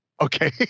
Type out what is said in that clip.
Okay